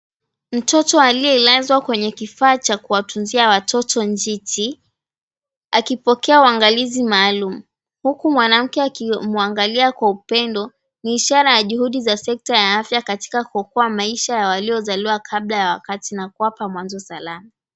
Mtoto aliyelazwa kwenye kifaa cha kuwatunzia watoto njichi akipokea uangalizi maalum huku mwanamke akimwangalia kwa upendo, ni ishara ya juhudi za sekta ya afya ya katika kuokoa maisha ya waliozalia kabla ya wakati na kuwapa mwanzo salama.